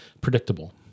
Predictable